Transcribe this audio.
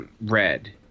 red